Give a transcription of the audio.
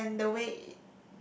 and the way it